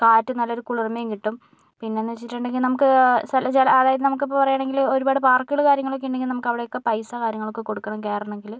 കാറ്റും നല്ലൊരു കുളിർമ്മയും കിട്ടും പിന്നേന്ന് വച്ചിട്ടുണ്ടെങ്കിൽ നമുക്ക് അതായത് നമുക്കിപ്പോൾ പറയുവാണെങ്കില് ഒരുപാട് പാർക്കുകള് കാര്യങ്ങളൊക്കെ ഉണ്ടെങ്കിൽ നമുക്കെവിടേക്കെ പൈസ കാര്യങ്ങളൊക്കെ കൊടുക്കണം കയറണമെങ്കില്